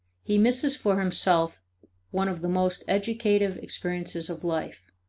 he misses for himself one of the most educative experiences of life.